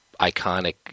iconic